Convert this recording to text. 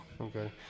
Okay